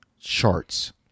charts